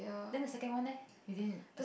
then the second one leh you didn't